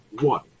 one